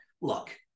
Look